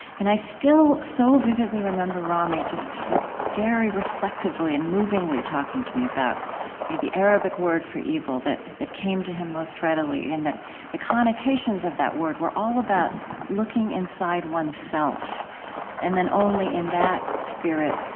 and i still so vividly remember rami just very reflectively and movingly talking to me about the arabic word for evil that that came to him most readily in that the connotations of that word were all about looking inside oneself and then, only in that spirit,